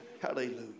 hallelujah